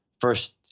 first